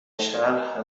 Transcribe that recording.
شهر